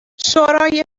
شورای